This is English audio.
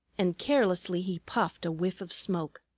and carelessly he puffed a whiff of smoke.